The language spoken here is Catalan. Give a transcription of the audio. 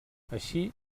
així